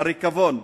הריקבון,